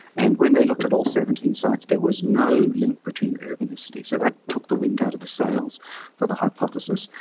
and when they looked at all seventeen sites there was no link between urbanicity. so that took wind out of the sails for the hypothesis.